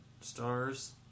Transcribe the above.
stars